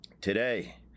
Today